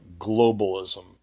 globalism